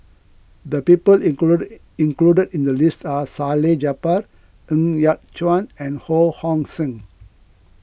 the people included included in the list are Salleh Japar Ng Yat Chuan and Ho Hong Sing